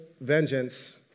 vengeance